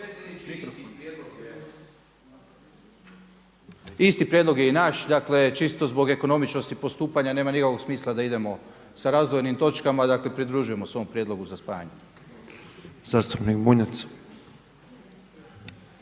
isti prijedlog je i naš. Dakle, čisto zbog ekonomičnosti postupanja nema nikakvog smisla da idemo sa razdvojenim točkama, dakle pridružujemo se ovom prijedlogu za spajanje. **Petrov, Božo